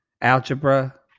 algebra